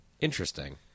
Interesting